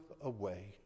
away